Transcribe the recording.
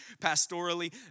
pastorally